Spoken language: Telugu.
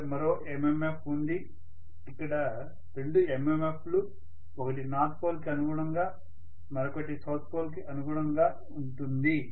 ఇక్కడ మరో MMF ఉంది ఇక్కడ రెండు MMF లు ఒకటి నార్త్ పోల్ కి అనుగుణంగా మరొకటి సౌత్ పోల్ కి అనుగుణంగా ఉంటుంది